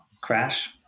crash